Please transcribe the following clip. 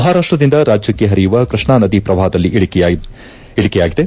ಮಹಾರಾಷ್ಟದಿಂದ ರಾಜ್ಯಕ್ಕೆ ಪರಿಯುವ ಕೃಷ್ಣಾ ನದಿ ಪ್ರವಾಪದಲ್ಲಿ ಇಳಕೆಯಾಗಿದೆ